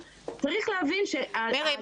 מירי,